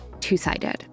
Two-Sided